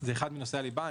זה אחד מנושאי הליבה.